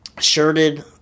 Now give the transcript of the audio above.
shirted